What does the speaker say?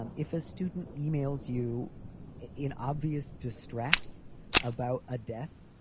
um if a student emails you in obvious distress about a death,